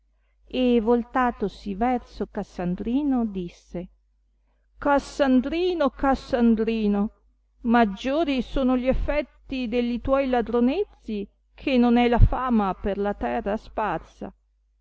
e voltatosi verso cassandrino disse cassandrino cassandrino maggiori sono gli effetti delli tuoi ladronezzi t che non è la fama per la terra sparsa